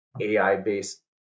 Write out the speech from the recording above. AI-based